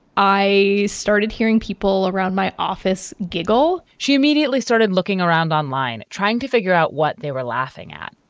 i started hearing people around my office giggle. she immediately started looking around online, trying to figure out what they were laughing at.